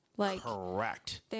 Correct